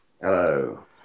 Hello